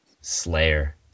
Slayer